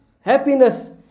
happiness